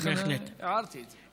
ולכן אני הערתי את זה.